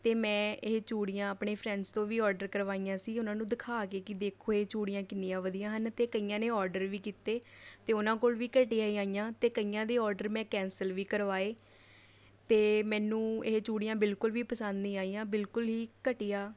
ਅਤੇ ਮੈਂ ਇਹ ਚੂੜੀਆਂ ਆਪਣੇ ਫਰੈਂਡਸ ਤੋਂ ਵੀ ਔਡਰ ਕਰਵਾਈਆਂ ਸੀ ਉਹਨਾਂ ਨੂੰ ਦਿਖਾ ਕੇ ਕਿ ਦੇਖੋ ਇਹ ਚੂੜੀਆਂ ਕਿੰਨੀਆਂ ਵਧੀਆਂ ਹਨ ਅਤੇ ਕਈਆਂ ਨੇ ਔਡਰ ਵੀ ਕੀਤੇ ਅਤੇ ਉਹਨਾਂ ਕੋਲ ਵੀ ਘਟੀਆ ਹੀ ਆਈਆਂ ਅਤੇ ਕਈਆਂ ਦੇ ਔਡਰ ਮੈਂ ਕੈਂਸਲ ਵੀ ਕਰਵਾਏ ਅਤੇ ਮੈਨੂੰ ਇਹ ਚੂੜੀਆਂ ਬਿਲਕੁਲ ਵੀ ਪਸੰਦ ਨਹੀਂ ਆਈਆਂ ਬਿਲਕੁਲ ਹੀ ਘਟੀਆ